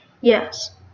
Yes